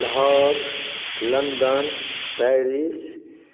Lahore London Paris